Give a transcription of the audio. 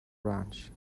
ranch